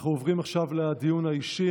אנחנו עוברים עכשיו לדיון האישי.